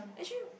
actually